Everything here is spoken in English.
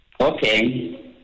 Okay